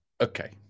Okay